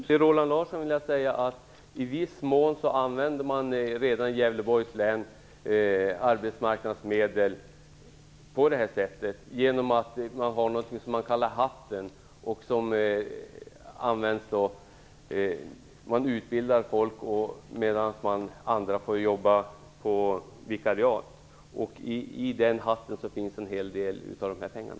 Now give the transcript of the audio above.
Fru talman! I viss mån, Roland Larsson, använder man redan i Gävleborgs län arbetsmarknadsmedel på det här sättet, genom något som kallas "hatten" och som går ut på att man utbildar folk medan andra får jobba på vikariat. I denna "hatt" finns en hel del av de här pengarna.